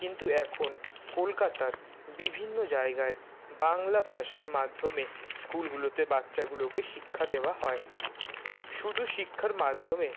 কিন্তু এখন কলকাতার বিভিন্ন জায়গায় বাংলা ভাষার মাধ্যমে স্কুলগুলোতে বাচ্চাগুলোকে শিক্ষা দেওয়া হয় শুধু শিক্ষার মাধ্যমে